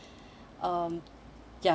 um ya